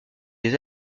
des